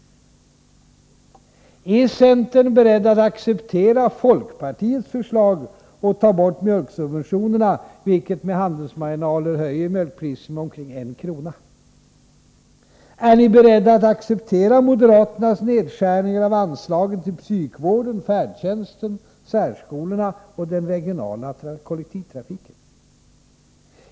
Är centern beredd att acceptera folkpartiets förslag och ta bort mjölksubventionerna, vilket med handelsmarginaler höjer mjölkpriset med omkring 1kr. per liter? Är ni beredda att acceptera moderaternas nedskärningar av anslagen till psykvården, färdtjänsten, särskolorna och den regionala kollektivtrafiken?